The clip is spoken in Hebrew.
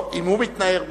אם הוא מתנער מזה,